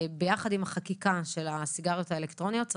יחד עם החקיקה של הסיגריות האלקטרוניות,